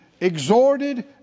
exhorted